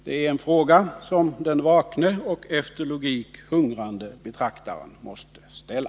Det är en fråga som den vakne och efter logik hungrande betraktaren måste ställa.